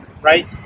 right